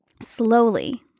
slowly